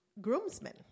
groomsmen